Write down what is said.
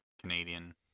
Canadian